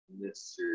Mr